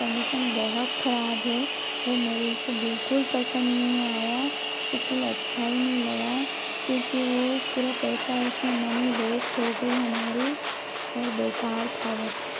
condition बहुत खराब है वो मेरे को बिल्कुल पसंद नहीं आया बिल्कुल अच्छा ही नहीं लगा क्योंकि वो पूरा पैसा उसमें मनी वेष्ट हो गई हमारी और बेकार था वो